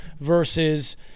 versus